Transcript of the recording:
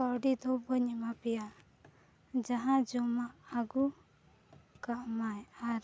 ᱠᱟᱹᱣᱰᱤ ᱫᱚ ᱵᱟᱹᱧ ᱮᱢᱟ ᱯᱮᱭᱟ ᱡᱟᱦᱟᱸ ᱡᱚᱢᱟᱜ ᱟᱹᱜᱩᱠᱟᱜ ᱢᱟᱭ ᱟᱨ